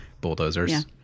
Bulldozers